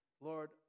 Lord